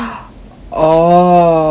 orh